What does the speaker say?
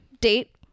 date